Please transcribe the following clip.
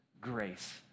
grace